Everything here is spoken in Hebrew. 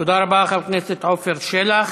תודה רבה, חבר הכנסת עפר שלח.